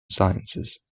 sciences